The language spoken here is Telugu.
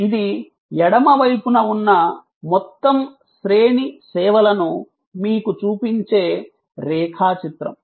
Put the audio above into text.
ఇది ఎడమ వైపున ఉన్న మొత్తం శ్రేణి సేవలను మీకు చూపించే రేఖాచిత్రం